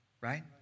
right